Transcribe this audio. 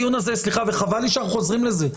חבל שאנחנו חוזרים לזה,